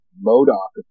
Modoc